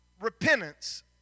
repentance